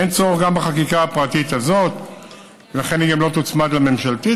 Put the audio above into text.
אין צורך גם בחקיקה הפרטית הזאת ולכן היא גם לא תוצמד לממשלתית